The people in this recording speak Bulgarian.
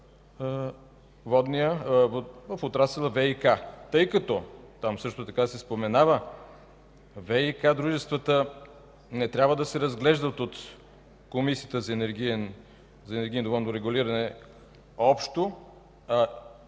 оформена в отрасъла ВиК. Там също така се споменава, че ВиК дружествата не трябва да се разглеждат от Комисията за енергийно и водно регулиране общо, а